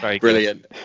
brilliant